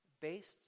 based